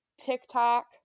tiktok